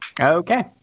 Okay